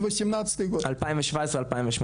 2017-2018,